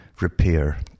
Repair